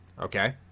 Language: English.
Okay